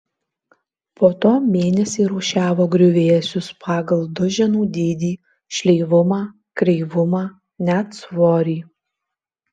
po to mėnesį rūšiavo griuvėsius pagal duženų dydį šleivumą kreivumą net svorį